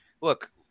look